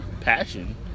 passion